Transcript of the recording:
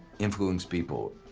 influence people,